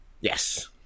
yes